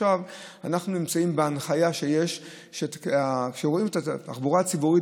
עכשיו אנחנו נמצאים בהנחיה שרואים בה את התחבורה הציבורית